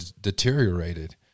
deteriorated